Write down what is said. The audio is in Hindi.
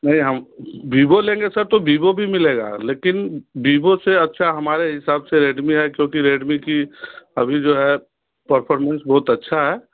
नहीं हम विवो लेंगे सर तो विवो भी मिलेगा लेकिन विवो से अच्छा हमारे हिसाब से रेडमी है क्योंकि रेडमी की अभी जो है परफॉर्मेंस बहुत अच्छा है